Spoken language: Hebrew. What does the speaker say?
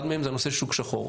אחד מהם זה נושא שוק שחור.